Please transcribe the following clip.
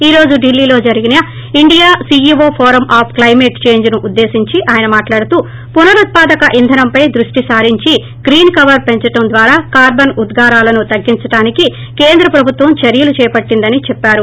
ఈ రోజు డిల్లిలో జరిగిన India CEO forum of climate change ను ఉద్దేశించి ఆయన మాట్హడుతూ పునరుత్సాదక ఇంధనంపై దృష్టి సారించి గ్రీస్ కవర్ పెంచడం ద్వారా కార్పన్ ఉద్గారాలను తగ్గించడానికి కేంద్ర ప్రభుత్వం చర్యలు చేపట్టిందని చెప్పారు